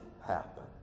happen